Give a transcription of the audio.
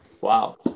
Wow